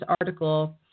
article